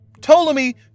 Ptolemy